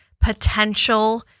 potential